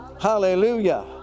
Hallelujah